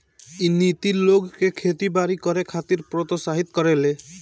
इ नीति लोग के खेती बारी करे खातिर प्रोत्साहित करेले